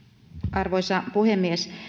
arvoisa puhemies